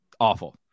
awful